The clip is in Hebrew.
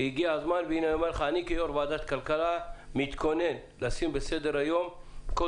אני כיושב-ראש ועדת הכלכלה מתכוון להעלות על סדר היום את כל